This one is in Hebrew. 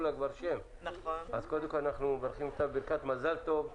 אז קודם כול אנחנו מברכים אותה בברכת מזל טוב.